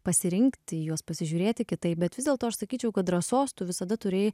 pasirinkti juos pasižiūrėti kitaip bet vis dėlto aš sakyčiau kad drąsos tu visada turėjai